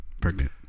pregnant